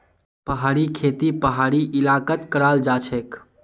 पहाड़ी खेती पहाड़ी इलाकात कराल जाछेक